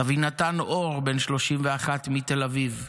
את אבינתן אור, בן 31 מתל אביב,